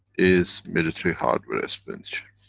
is military hardware expenditure.